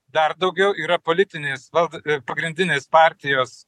dar daugiau yra politinis vald pagrindinės partijos